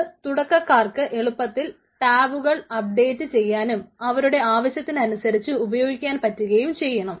അത് തുടക്കക്കാർക്ക് എളുപ്പത്തിൽ ടാബുകൾ ചെയ്യാനും അവരുടെ ആവശ്യത്തിനനുസരിച്ച് ഉപയോഗിക്കാൻ പറ്റുകയും ചെയ്യണം